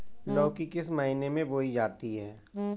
लौकी किस महीने में बोई जाती है?